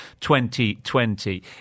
2020